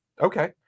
Okay